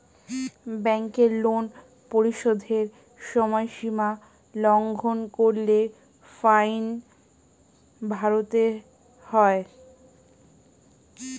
ব্যাংকের লোন পরিশোধের সময়সীমা লঙ্ঘন করলে ফাইন ভরতে হয়